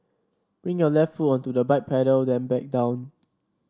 bring your left foot onto the bike pedal then back down